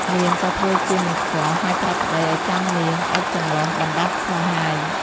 នាងក៏ធ្វើជាមិនស្គាល់ ហើយប្រាប់ប្ដីឱ្យចាំនាងអុជចន្លុះបណ្ដោះសហាយ។